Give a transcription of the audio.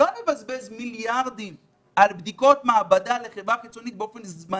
לא לבזבז מיליארדים על בדיקות מעבדה לחברה חיצונית באופן זמני,